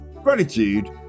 Gratitude